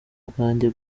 bwanjye